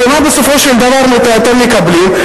ומה בסופו של דבר אתם מקבלים?